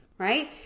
right